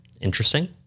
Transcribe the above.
Interesting